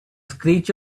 screech